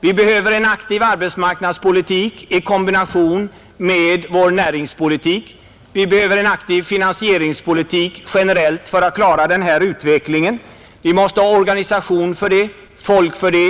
Vi behöver en aktiv arbetsmarknadspolitik i kombination med vår näringspolitik, vi behöver en sådan utformning av finansieringspolitiken att vi kan klara den här utvecklingen. Vi måste ha organisation för det och folk för det.